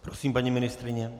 Prosím, paní ministryně.